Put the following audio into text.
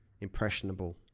impressionable